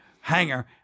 hanger